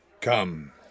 Come